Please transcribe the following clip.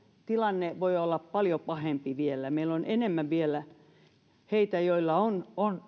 tilanne voi olla paljon pahempi vielä meillä on vielä enemmän heitä joilla on on